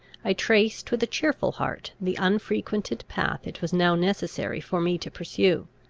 i traced, with a cheerful heart, the unfrequented path it was now necessary for me to pursue.